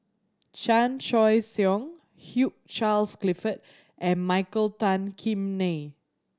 Chan Choy Siong Hugh Charles Clifford and Michael Tan Kim Nei